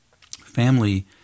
family